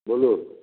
বলুন